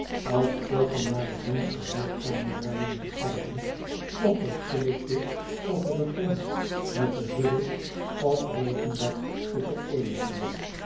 als spoken naar de donkere voorkamerramen te kijken of zich stilletjes over den grond met den vullis of regenbak te vereenigen